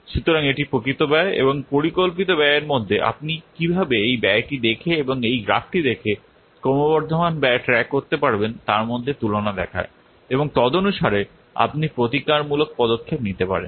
সুতরাং এটি প্রকৃত ব্যয় এবং পরিকল্পিত ব্যয়ের মধ্যে আপনি কীভাবে এই ব্যয়টি দেখে এবং এই গ্রাফটি দেখে ক্রমবর্ধমান ব্যয় ট্র্যাক করতে পারবেন তার মধ্যে তুলনা দেখায় এবং তদনুসারে আপনি প্রতিকারমূলক পদক্ষেপ নিতে পারেন